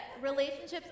relationships